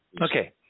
Okay